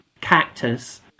cactus